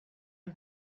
and